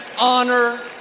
honor